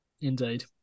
Indeed